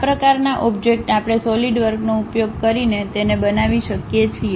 આ પ્રકારનાં ઓબ્જેક્ટ આપણે સોલિડવર્કનો ઉપયોગ કરીને તેને બનાવી શકીએ છીએ